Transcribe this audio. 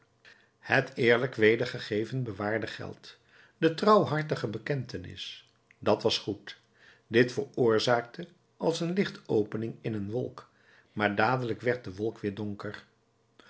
het eerlijk wedergegeven bewaarde geld de trouwhartige bekentenis dat was goed dit veroorzaakte als een lichtopening in een wolk maar dadelijk werd de wolk weder donker